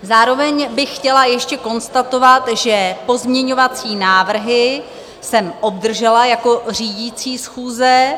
Zároveň bych chtěla ještě konstatovat, že pozměňovací návrhy jsem obdržela jako řídící schůze.